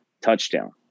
TOUCHDOWN